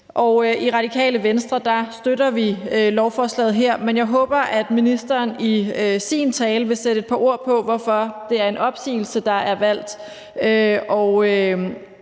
I Radikale Venstre støtter vi lovforslaget her, men jeg håber, at ministeren i sin tale vil sætte et par ord på, hvorfor det er en opsigelse, der er valgt,